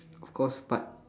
of course but